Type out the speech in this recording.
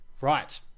Right